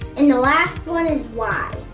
and the last one is y.